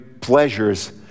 pleasures